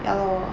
ya lor